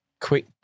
quick